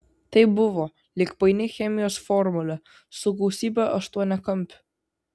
tai buvo lyg paini chemijos formulė su gausybe aštuoniakampių